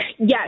Yes